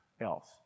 else